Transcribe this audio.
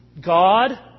God